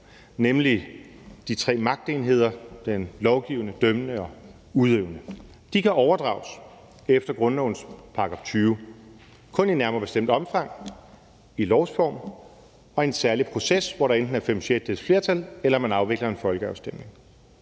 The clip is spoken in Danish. nemlig de tre magtenheder: Den lovende, den dømmende og den udøvende. De kan efter grundlovens § 20 overdrages, men kun i nærmere bestemt omfang i lovsform og i en særlig proces, hvor der enten er fem sjettedeles flertal eller der afvikles en folkeafstemning.